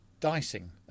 dicing